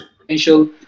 potential